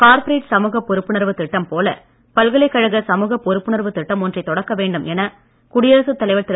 corporate சமூக பொறுப்புணர்வு திட்டம் போல பல்கலைக்கழக சமூக பொறுப்புணர்வு திட்டம் ஒன்றை தொடக்க வேண்டும் என குடியரசுத் தலைவர் திரு